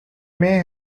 may